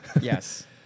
Yes